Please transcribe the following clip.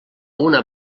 una